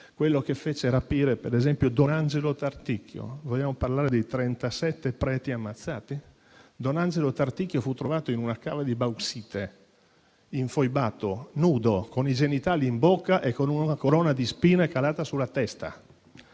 e che fece rapire, ad esempio, Don Angelo Tarticchio. Vogliamo parlare dei trentasette preti ammazzati? Don Angelo Tarticchio fu trovato in una cava di bauxite, infoibato, nudo, con i genitali in bocca e una corona di spine calata sulla testa.